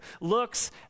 looks